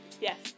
Yes